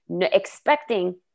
expecting